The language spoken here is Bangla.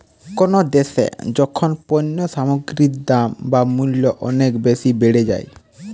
কোনো দ্যাশে যখন পণ্য সামগ্রীর দাম বা মূল্য অনেক বেশি বেড়ে যায়